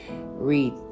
read